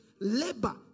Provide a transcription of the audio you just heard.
labor